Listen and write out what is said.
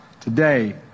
today